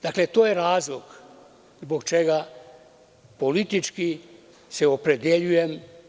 Dakle, to je razlog zbog čega politički se opredeljujem.